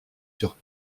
sur